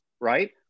right